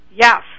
Yes